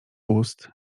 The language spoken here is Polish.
ust